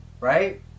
right